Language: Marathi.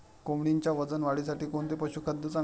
कोंबडीच्या वजन वाढीसाठी कोणते पशुखाद्य चांगले?